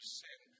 sin